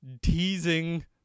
teasing